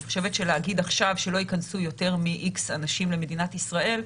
לדעתי להגיד עכשיו שלא ייכנסו יותר מאיקס אנשים למדינת ישראל,